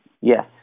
Yes